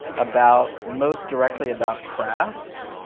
about, most directly about craft,